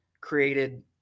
created